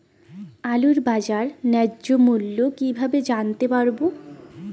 আলুর বাজার ন্যায্য মূল্য কিভাবে জানতে পারবো?